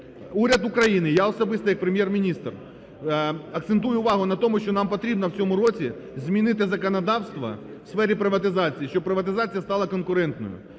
Уряд України, я особисто як Прем’єр-міністр акцентую увагу на тому, що нам потрібно в цьому році змінити законодавство в сфері приватизації, щоб приватизація стала конкурентною.